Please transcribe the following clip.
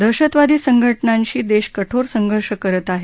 दहशतवादी संघटनांशी देश कठोर संघर्ष करत आहे